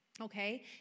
Okay